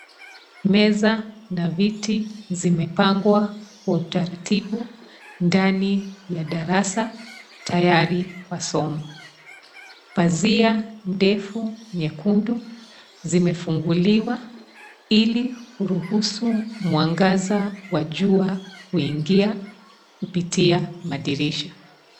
Meza na viti zimepangwa kwa utaratibu ndani ya darasa tayari kwa somo. Pazia ndefu nyekundu zimefunguliwa ili kuruhusu mwangaza wa jua kuingia kupitia madirisha.